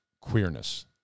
Queerness